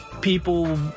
people